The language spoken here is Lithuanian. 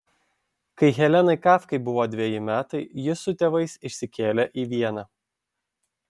kai helenai kafkai buvo dveji metai ji su tėvais išsikėlė į vieną